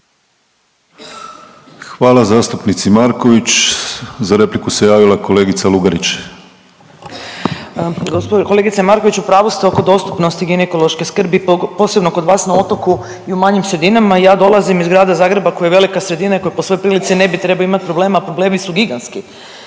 Hvala zastupnici Marković. Za repliku se javila kolegica Lugarić. **Lugarić, Marija (SDP)** Kolegice Marković u pravu ste oko dostupnosti ginekološke skrbi posebno kod vas na otoku i u manjim sredinama. Ja dolazim iz grada Zagreba koji je velika sredina i koji po svoj prilici ne bi trebao imat problema, a problemi su gigantski.